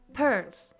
pearls